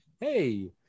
hey